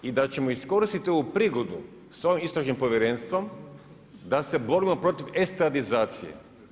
I da ćemo iskoristiti ovu prigodu, s ovim istražnim povjerenstvom, da se borimo protiv estradizacije.